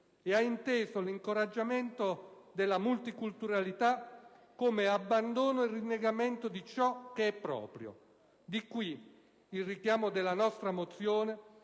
e ha inteso l'incoraggiamento della «multiculturalità» come «abbandono e rinnegamento di ciò che è proprio». Di qui nasce il richiamo della nostra mozione